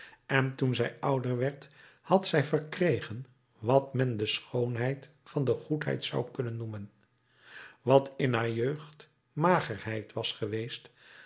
en toen zij ouder werd had zij verkregen wat men de schoonheid van de goedheid zou kunnen noemen wat in haar jeugd magerheid was geweest